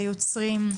ליוצרים,